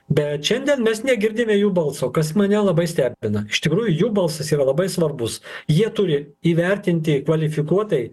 bet šiandien mes negirdime jų balso kas mane labai stebina iš tikrųjų jų balsas yra labai svarbus jie turi įvertinti kvalifikuotai